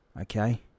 okay